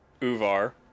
uvar